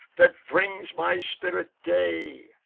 that brings my spirit day,